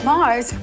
Mars